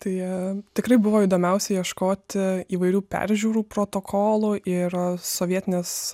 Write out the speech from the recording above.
tai jie tikrai buvo įdomiausia ieškoti įvairių peržiūrų protokolų ir sovietinės